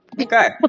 Okay